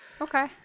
Okay